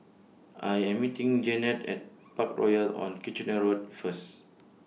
I Am meeting Janette At Parkroyal on Kitchener Road First